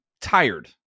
tired